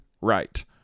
right